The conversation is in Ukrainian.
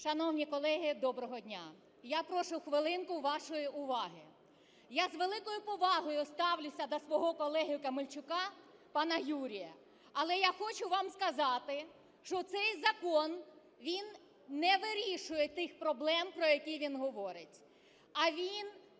Шановні колеги, доброго дня! Я прошу хвилинку вашої уваги. Я з великою повагою ставлюся до свого колеги Камельчука пана Юрія. Але я хочу вам сказати, що цей закон, він не вирішує тих проблем, про які він говорить. А він,